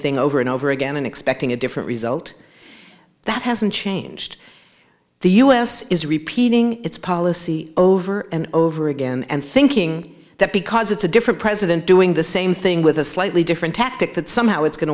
thing over and over again and expecting a different result that hasn't changed the u s is repeating its policy over and over again and thinking that because it's a different president doing the same thing with a slightly different tactic that somehow it's going